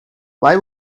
why